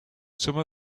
some